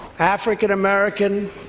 African-American